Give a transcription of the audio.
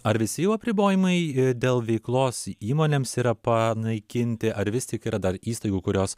ar visi jau apribojimai dėl veiklos įmonėms yra panaikinti ar vis tik yra dar įstaigų kurios